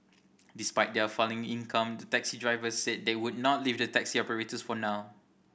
despite their falling income the taxi drivers said they would not leave the taxi operators for now